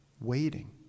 waiting